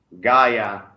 Gaia